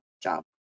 job